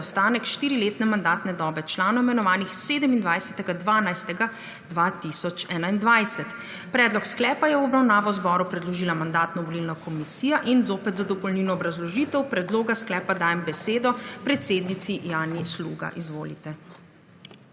preostanek štiriletne mandatne dobe članov imenovanih 27. 12. 2021. Predlog sklepa je v obravnavo zboru predložila Mandatno-volilna komisija. Zopet za dopolnilno obrazložitev predloga sklepa dajem besedo predsednici Janji Sluga. Izvolite.